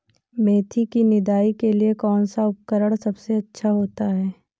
मेथी की निदाई के लिए कौन सा उपकरण सबसे अच्छा होता है?